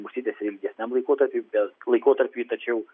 užsitęsia ilgesniam laikotarpiui bet laikotarpiui tačiau